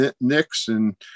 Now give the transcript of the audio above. Nixon